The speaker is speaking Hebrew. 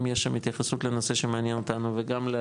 אם יש שם התייחסות לנושא שמעניין אותנו וגם,